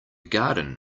garden